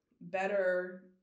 better